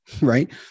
right